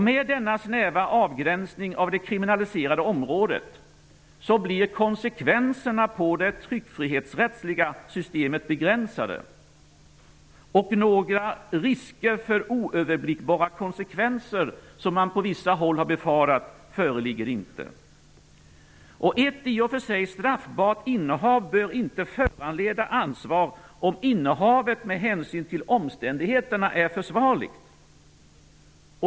Med denna snäva avgränsning av det kriminaliserade området blir konsekvenserna på det tryckfrihetsrättsliga systemet begränsade och någon risk för oöverblickbara konsekvenser, som man på vissa håll har befarat, föreligger inte. Ett i och för sig straffbart innehav bör inte föranleda ansvar om innehavet med hänsyn till omständigheterna är försvarligt.